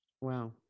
Wow